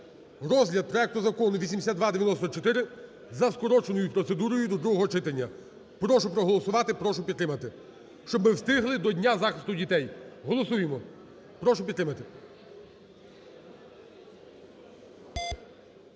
розгляд проекту Закону 8294 за скороченою процедурою і до другого читання. Прошу проголосувати. Прошу підтримати. Щоб ми встигли до Дня захисту дітей. Голосуємо. Прошу підтримати.